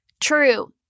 true